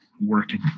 working